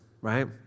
right